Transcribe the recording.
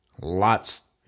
lots